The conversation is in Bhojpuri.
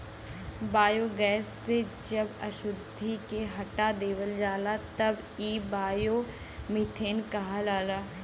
बायोगैस से जब अशुद्धि के हटा देवल जाला तब इ बायोमीथेन कहलाला